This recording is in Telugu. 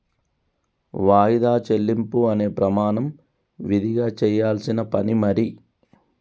వాయిదా చెల్లింపు అనే ప్రమాణం విదిగా చెయ్యాల్సిన పని మరి